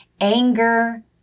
anger